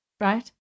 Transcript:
Right